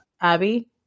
Abby